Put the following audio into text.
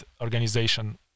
organization